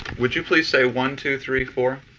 would you please say one, two, three, four?